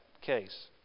case